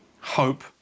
hope